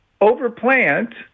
overplant